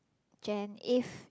Jen if